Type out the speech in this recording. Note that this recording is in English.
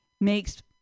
makes